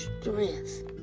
strength